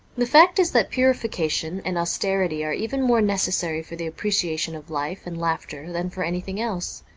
the fact is that purification and austerity are even more necessary for the appreciation of life and laughter than for anything else.